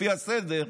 לפי הסדר,